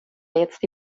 jetzt